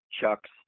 Chuck's